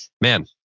man